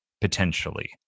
potentially